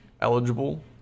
eligible